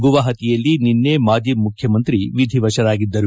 ಗುವಾಹಟಿಯಲ್ಲಿ ನಿನ್ನೆ ಮಾಜಿ ಮುಖ್ಚಮಂತ್ರಿ ವಿಧಿವಶರಾಗಿದ್ದರು